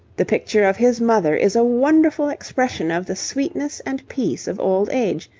the picture of his mother is a wonderful expression of the sweetness and peace of old age,